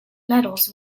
medals